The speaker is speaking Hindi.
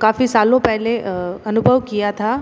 काफ़ी सालों पहले अनुभव किया था